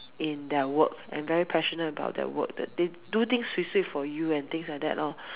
in their work and very passionate about their work they do things swee swee for you and things like that lor